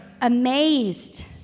amazed